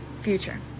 future